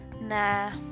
Nah